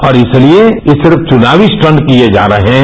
और इसलिए ये सब चुनावी स्टंट किये जा रहे हैं